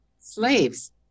slaves